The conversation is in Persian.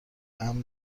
امن